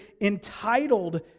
entitled